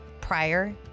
Prior